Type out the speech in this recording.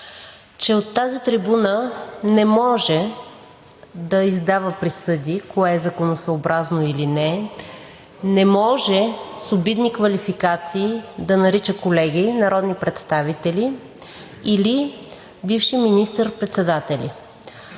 че от тази трибуна не може да издава присъди кое е законосъобразно или не. Не може с обидни квалификации да нарича колеги народни представители или бивши министър-председатели.